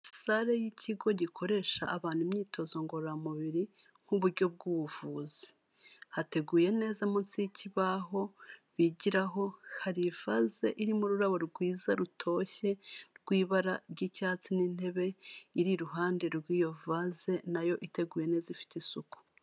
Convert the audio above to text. Sale y'ikigo gikoresha abantu imyitozo ngororamubiri nk'uburyo bw'ubuvuzi, hateguye neza munsi y'ikibaho bigiraho, hari ivaze irimo ururabo rwiza rutoshye rw'ibara ry'icyatsi n'intebe iri iruhande rw'iyo vaze nayo iteguye neza ifite isuku.